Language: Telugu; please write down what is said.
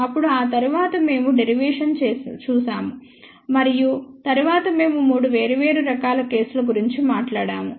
అప్పుడు ఆ తరువాత మేము డెరివేషన్ చూసాము మరియు తరువాత మేము 3 వేర్వేరు కేసుల గురించి మాట్లాడాము